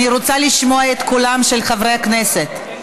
אני רוצה לשמוע את קולם של חברי הכנסת,